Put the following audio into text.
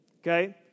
Okay